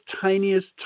tiniest